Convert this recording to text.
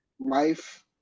life